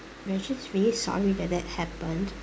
we are just really sorry that that happened